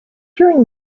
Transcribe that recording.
during